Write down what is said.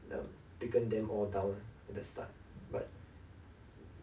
and taken them all down at the start like